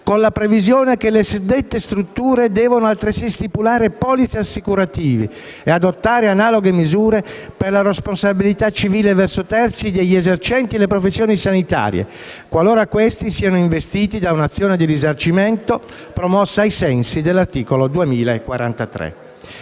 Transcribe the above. con la previsione che le suddette strutture devono altresì stipulare polizze assicurative o adottare analoghe misure per la responsabilità civile verso terzi degli esercenti le professioni sanitarie, qualora questi siano investiti da un'azione di risarcimento promossa ai sensi dell'articolo 2043.